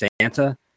Santa